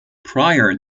prior